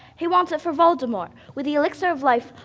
he wants it for voldemort. with the elixir of life,